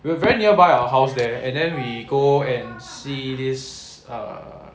we were very nearby our house there and then we go and see this err